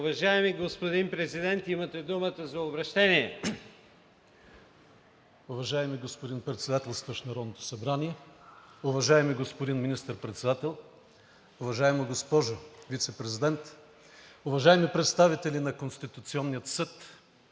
Уважаеми господин Президент, имате думата за обръщение. ПРЕЗИДЕНТ РУМЕН РАДЕВ: Уважаеми господин Председателстващ Народното събрание, уважаеми господин Министър-председател, уважаема госпожо Вицепрезидент, уважаеми представители на Конституционния съд,